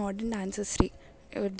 modern dances ರೀ